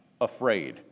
afraid